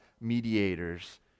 mediators